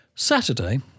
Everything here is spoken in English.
Saturday